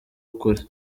ukuri